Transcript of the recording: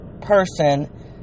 person